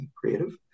creative